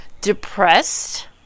depressed